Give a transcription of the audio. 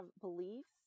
beliefs